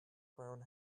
brown